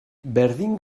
berdin